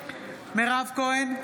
מירב כהן,